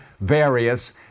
various